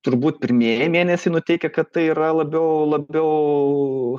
turbūt pirmieji mėnesiai nuteikia kad tai yra labiau labiau